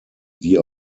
die